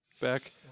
Back